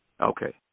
Okay